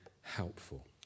helpful